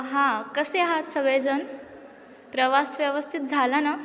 हां कसे आहात सगळेजण प्रवास व्यवस्थित झाला ना